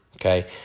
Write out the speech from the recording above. okay